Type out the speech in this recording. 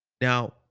Now